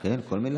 כן, כל מילה.